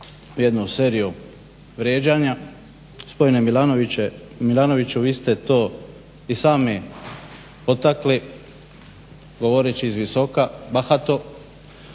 jednu seriju vrijeđanja. Gospodine Milanoviću vi ste to i sami potakli govoreći iz visoka, bahato.